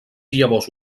llavors